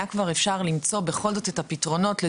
היה כבר אפשר למצוא בכל זאת את הפתרונות --- כן,